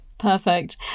Perfect